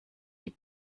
die